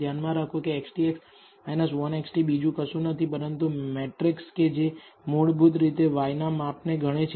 ધ્યાનમાં રાખો કે 1XT બીજું કશું નહીં પરંતુ મેટ્રિકસ કે જે મૂળભૂત રીતે y ના માપ ને ગણે છે